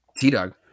T-Dog